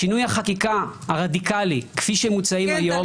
שינויי החקיקה הרדיקליים כפי שהם מוצעים היום- -- כן,